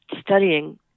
studying